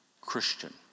Christian